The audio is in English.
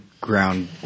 ground